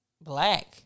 black